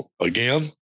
Again